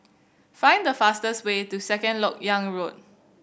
find the fastest way to Second Lok Yang Road